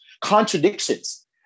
contradictions